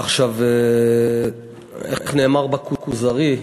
איך נאמר ב"הכוזרי"